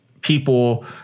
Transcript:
people